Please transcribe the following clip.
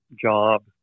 job